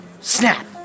Snap